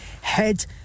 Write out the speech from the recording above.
head